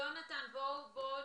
יונתן, בבקשה.